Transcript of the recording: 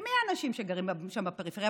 כי מי האנשים שגרים שם בפריפריה?